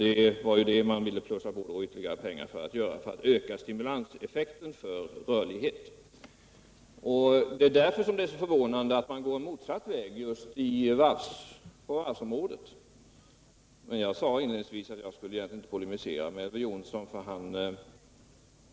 Det var där man ville göra en höjning för att öka stimulanseffekten och åstadkomma större rörlighet. Det är därför förvånande att man går motsatt väg just på varvsområdet. Jag sade inledningsvis att jag egentligen inte skulle polemisera med Elver Jonsson.